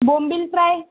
बोंबील fry